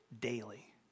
daily